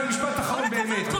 משפט אחרון באמת.